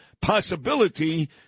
possibility